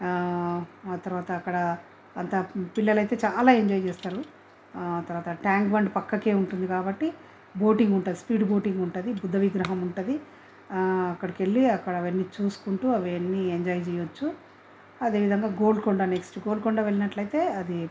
ఆ తర్వాత అక్కడ అంతా పిల్లలు అయితే చాలా ఎంజాయ్ చేస్తారు ఆ తర్వాత ట్యాంక్ బండ్ పక్కకే ఉంటుంది కాబట్టి బోటింగ్ ఉంటుంది స్పీడ్ బోటింగ్ ఉంటుంది బుద్ధ విగ్రహం ఉంటుంది అక్కడికి వెళ్ళి అక్కడ అవ్వన్నీ చూసుకుంటూ అవి అన్ని ఎంజాయ్ చెయ్యొచ్చు అదే విధంగా గోల్కొండ నెక్స్ట్ గోల్కొండ వెళ్ళినట్లయితే అది